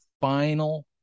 final